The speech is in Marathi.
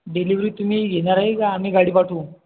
डिलिव्हरी तुम्ही घेणार आहे की आम्ही गाडी पाठवू